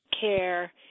care